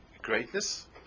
greatness